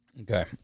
Okay